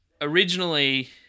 originally